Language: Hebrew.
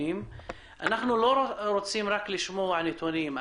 לא רוצים רק לשמוע נתונים,